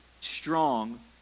strong